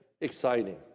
exciting